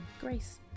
Grace